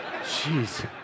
Jeez